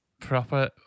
Proper